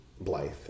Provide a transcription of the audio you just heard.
Blythe